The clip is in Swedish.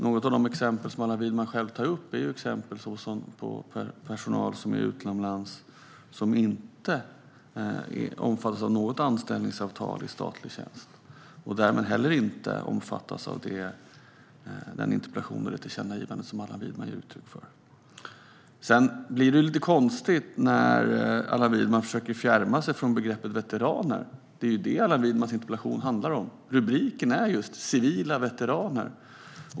Något av de exempel som Allan Widman själv tog gällde ju svensk personal utomlands som inte omfattas av något anställningsavtal i statlig tjänst, och därmed omfattas de heller inte av det tillkännagivande som Allan Widman talar om. Sedan blir det lite konstigt när Allan Widman försöker fjärma sig från begreppet veteraner. Det är ju veteraner som hans interpellation handlar om. Rubriken talar just om "civila veteraner".